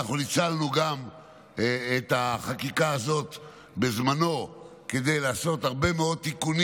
אנחנו ניצלנו גם את החקיקה הזאת בזמנו כדי לעשות הרבה מאוד תיקונים